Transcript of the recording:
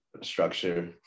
structure